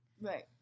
Right